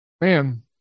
Man